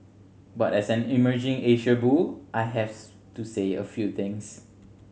but as an emerging Asia bull I have to say a few things